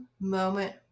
moment